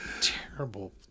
terrible